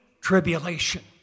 tribulation